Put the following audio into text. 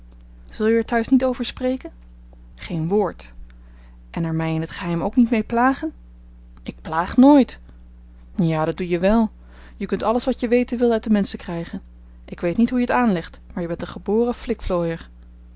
zul je er thuis niet over spreken geen woord en er mij in t geheim ook niet mee plagen ik plaag nooit ja dat doe je wel je kunt alles wat je weten wilt uit de menschen krijgen ik weet niet hoe je het aanlegt maar je bent een geboren